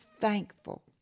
thankful